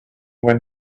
when